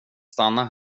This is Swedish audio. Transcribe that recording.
stanna